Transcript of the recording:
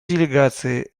делегации